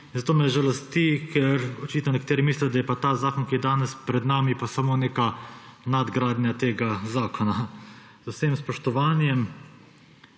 Zato me žalosti, ker očitno nekateri mislijo, da je pa ta zakon, ki je danes pred nami, pa samo neka nadgradnja tega zakona. Z vsem spoštovanjem.